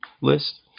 list